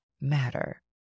matter